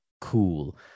cool